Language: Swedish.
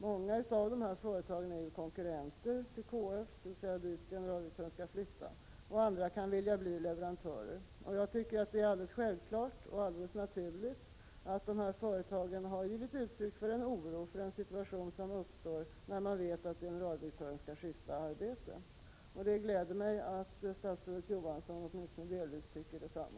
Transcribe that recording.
Många av dessa företag är konkurrenter till KF, dit generaldirektören skall flytta, och andra kan vilja bli leverantörer. Jag tycker att det är alldeles självklart och naturligt att dessa företag har givit uttryck för oro för en situation som kan uppstå när man vet att generaldirektören skall skifta arbete. Det gläder mig att statsrådet Johansson åtminstone delvis tycker detsamma.